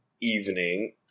evening